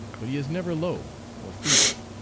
but he is never low or feeble.